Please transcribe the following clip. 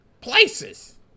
Places